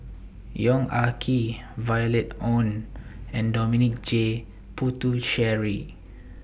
Yong Ah Kee Violet Oon and Dominic J Puthucheary